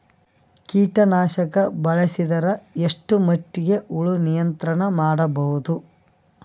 ಕೀಟನಾಶಕ ಬಳಸಿದರ ಎಷ್ಟ ಮಟ್ಟಿಗೆ ಹುಳ ನಿಯಂತ್ರಣ ಮಾಡಬಹುದು?